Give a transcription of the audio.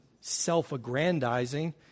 self-aggrandizing